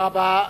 תודה רבה.